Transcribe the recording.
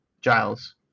Giles